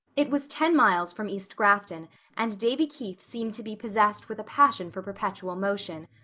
it was ten miles from east grafton and davy keith seemed to be possessed with a passion for perpetual motion.